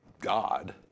god